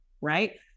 right